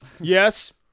Yes